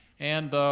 and